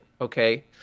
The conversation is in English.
okay